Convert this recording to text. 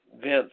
vince